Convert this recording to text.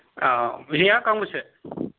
औ जेया गांबेसे